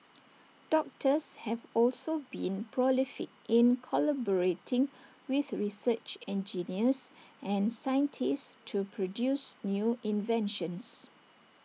doctors have also been prolific in collaborating with research engineers and scientists to produce new inventions